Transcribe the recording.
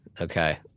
Okay